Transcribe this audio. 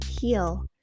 heal